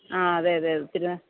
ആ അതെ അതെ ഒത്തിരി